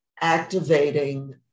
activating